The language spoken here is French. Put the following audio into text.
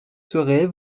serez